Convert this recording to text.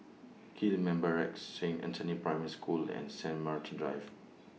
Gillman Barracks Saint Anthony's Primary School and Saint Martin's Drive